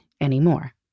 anymore